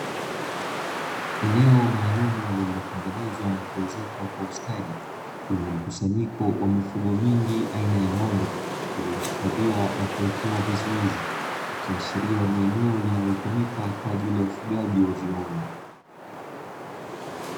Eneo maalumu lililotengenezwa na kuezekwa kwa ustadi, lenye mkusanyiko wa mifugo mingi aina ya ng'ombe, iliyohifadhiwa na kuwekewa vizuizi, ikiashiria ni eneo linalotumika kwa ajili ya ufugaji wa viwanda.